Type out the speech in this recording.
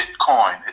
Bitcoin